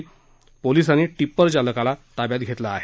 दरम्यान पोलिसांनी टिप्पर चालकाला ताब्यात घेतलं आहे